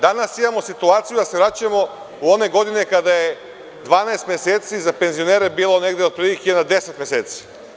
Danas imamo situaciju da se vraćamo u one godine kada je 12 meseci za penzionere bilo negde otprilike na 10 meseci.